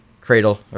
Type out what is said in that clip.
cradle